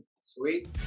Sweet